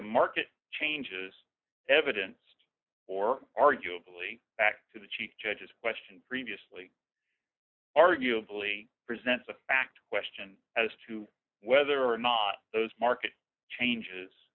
the market changes evidence or arguably back to the chief judges question previously arguably presents a fact question as to whether or not those market changes